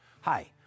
hi